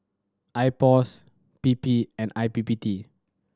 IPOS P P and I P P T